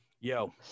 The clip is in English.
Yo